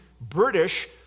British